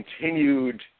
continued